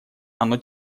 оно